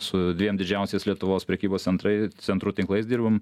su dviem didžiausiais lietuvos prekybos centrai centrų tinklais dirbam